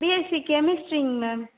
BSc கெமிஸ்ட்ரிங்க ma'am